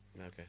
Okay